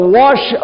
wash